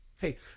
Hey